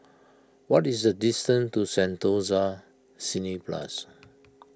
what is the distance to Sentosa Cineblast